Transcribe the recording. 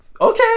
okay